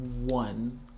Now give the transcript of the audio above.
one